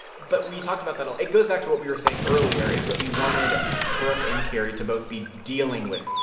but we talked about that a lot. it goes back to what we were saying earlier is what we wanted brooke and cary to both be dealing with,